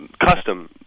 custom